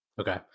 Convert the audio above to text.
Okay